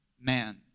man